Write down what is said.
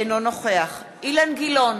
אינו נוכח אילן גילאון,